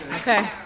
Okay